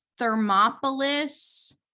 Thermopolis